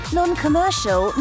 non-commercial